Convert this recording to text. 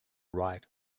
write